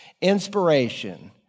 Inspiration